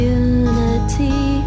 unity